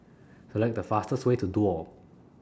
Select The fastest Way to Duo